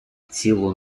цілу